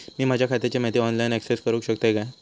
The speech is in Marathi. मी माझ्या खात्याची माहिती ऑनलाईन अक्सेस करूक शकतय काय?